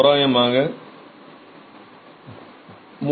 தோராயமாக 3